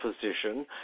position